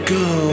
go